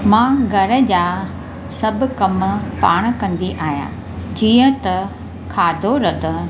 मां घर जा सभु कम पाण कंदी आहियां जीअं त खाधो रधणु